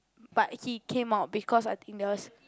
but he came out because I think there was